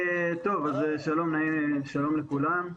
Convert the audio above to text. טוב, שלום לכולם.